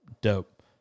Dope